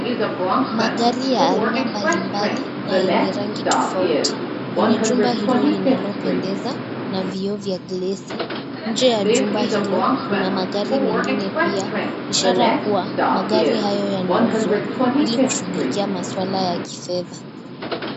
Magari ya aina mbali mbali yenye rangi tofauti kwenye jumba hilo linalopendeza na vioo vya glesi. Nje ya jumba hilo kuna magari mengine pia, ishara kuwa magari hayo yanauzwa ili kushugulikia maswala ya kifedha.